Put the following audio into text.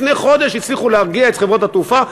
לפני חודש הצליחו להרגיע את חברות התעופה.